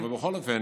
אבל בכל אופן,